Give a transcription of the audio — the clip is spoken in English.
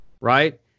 right